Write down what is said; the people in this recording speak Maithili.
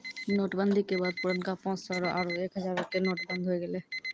नोट बंदी के बाद पुरनका पांच सौ रो आरु एक हजारो के नोट बंद होय गेलै